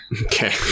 Okay